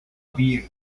view